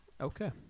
Okay